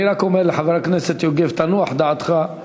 אני רק אומר לחבר הכנסת יוגב, תנוח דעתך,